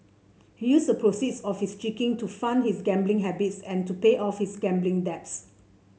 he used the proceeds of his cheating to fund his gambling habits and to pay off his gambling debts